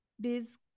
Biz